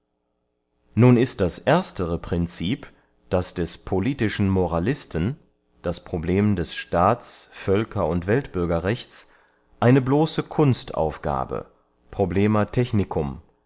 nun ist das erstere princip das des politischen moralisten das problem des staats völker und weltbürgerrechts eine bloße kunstaufgabe problema technicum